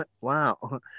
Wow